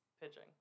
pitching